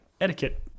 etiquette